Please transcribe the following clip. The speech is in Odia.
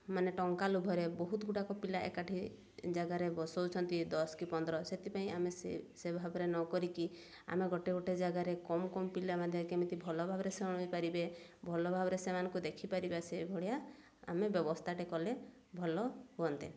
ମାନେ ଟଙ୍କା ଲୁଭରେ ବହୁତ ଗୁଡ଼ାକ ପିଲା ଏକାଠି ଜାଗାରେ ବସଉଛନ୍ତି ଦଶ କି ପନ୍ଦର ସେଥିପାଇଁ ଆମେ ସେ ସେ ଭାବରେ ନ କରିକି ଆମେ ଗୋଟେ ଗୋଟେ ଜାଗାରେ କମ୍ କମ୍ ପିଲା ମଧ୍ୟ କେମିତି ଭଲ ଭାବରେ ସେ ଅଣେଇ ପାରିବେ ଭଲ ଭାବରେ ସେମାନଙ୍କୁ ଦେଖିପାରିବା ସେଭଳିଆ ଆମେ ବ୍ୟବସ୍ଥାଟେ କଲେ ଭଲ ହୁଅନ୍ତେ